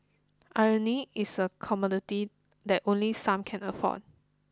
irony is a commodity that only some can afford